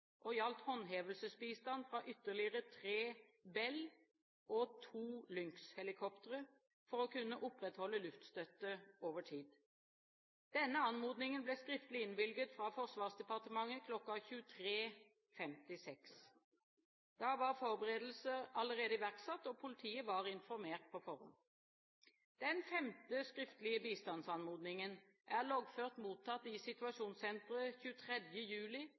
og gjaldt håndhevelsesbistand fra ytterligere tre Bell- og to Lynx-helikoptre for å kunne opprettholde luftstøtte over tid. Denne anmodningen ble skriftlig innvilget fra Forsvarsdepartementet kl. 23.56. Da var forberedelser allerede iverksatt, og politiet var informert på forhånd. Den femte skriftlige bistandsanmodningen er loggført mottatt i Situasjonssenteret 23. juli